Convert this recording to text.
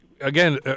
Again